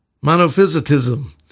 monophysitism